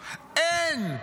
אין.